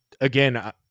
again